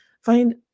Find